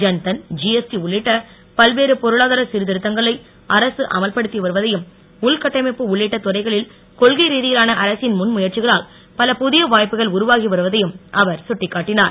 Jan Dhan GST உள்ளிட்ட பல்வேறு பொருளாதார சிர்திருத்தங்களை அரசு அமல்படுத்தி வருவதையும் உள்கட்டமைப்பு உள்ளிட்ட துறைகளில் கொள்கை ரீதியிலான அரசின் முன் முயற்சிகளால் பல புதிய வாய்ப்புகள் உருவாகி வருவதையும் அவர் கட்டிக்காட்டினார்